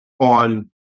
on